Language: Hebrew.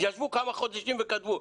ישבו כמה חודשים וכתבו.